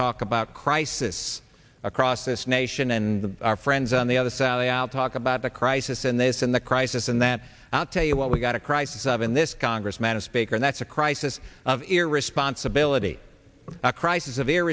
talk about crisis across this nation and our friends on the other side of the aisle talk about the crisis in this in the crisis and that i'll tell you what we've got a crisis of in this congress madam speaker that's a crisis of irresponsibility a crisis